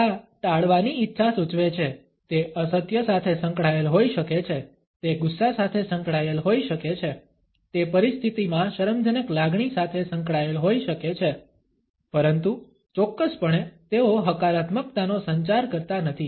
આ ટાળવાની ઇચ્છા સૂચવે છે તે અસત્ય સાથે સંકળાયેલ હોઈ શકે છે તે ગુસ્સા સાથે સંકળાયેલ હોઈ શકે છે તે પરિસ્થિતિમાં શરમજનક લાગણી સાથે સંકળાયેલ હોઈ શકે છે પરંતુ ચોક્કસપણે તેઓ હકારાત્મકતાનો સંચાર કરતા નથી